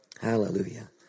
Hallelujah